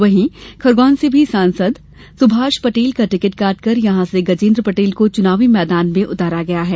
वहीं खरगोन से भी सांसद सुभाष पटेल का टिकट काट कर यहां से गजेंद्र पटेल को चुनावी मैदान में उतारा गया है